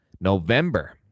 November